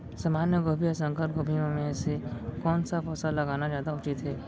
सामान्य गोभी या संकर गोभी म से कोन स फसल लगाना जादा उचित हे?